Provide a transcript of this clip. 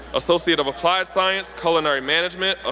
associate of applied science, culinary management, ah